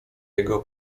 jego